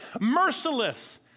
merciless